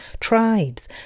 tribes